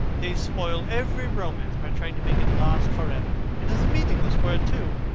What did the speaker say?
they spoil every romance by trying to make it last for ever. it is a meaningless word, too.